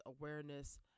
awareness